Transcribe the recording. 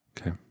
Okay